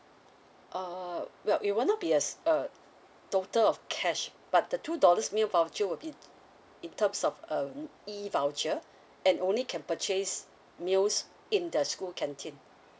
err well it will not be as a total of cash but the two dollars meal voucher will be in terms of um e voucher and only can purchase meals in the school canteen